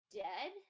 dead